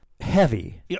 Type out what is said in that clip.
Heavy